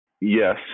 Yes